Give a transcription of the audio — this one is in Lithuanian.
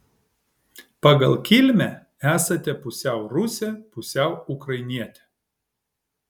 pagal kilmę esate pusiau rusė pusiau ukrainietė